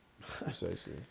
Precisely